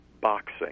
boxing